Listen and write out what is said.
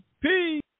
peace